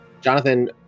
Jonathan